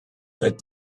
that